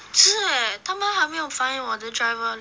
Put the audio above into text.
很迟 eh 他们还没有 find 我的 driver